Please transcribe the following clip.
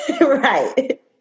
Right